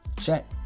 check